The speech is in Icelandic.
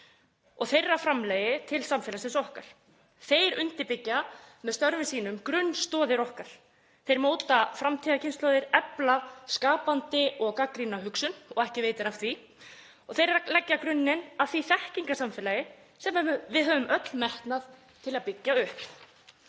og þeirra framlagi til samfélagsins okkar. Þeir undirbyggja með störfum sínum grunnstoðir okkar. Þeir móta framtíðarkynslóðir, efla skapandi og gagnrýna hugsun, og ekki veitir af því, og þeir eru að leggja grunninn að því þekkingarsamfélagi sem við höfum öll metnað til að byggja upp.